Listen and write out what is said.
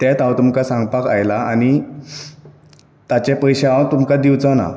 तेत हांव तुमका सांगपाक आयला आनी ताचे पयशे हांव तुमकां दिवचो ना